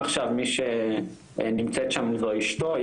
עכשיו מי שנמצאת שם זו אשתו,